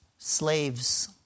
Slaves